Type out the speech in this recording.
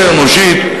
קצת יותר אנושית,